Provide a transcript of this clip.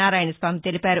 నారాయణ స్వామి తెలిపారు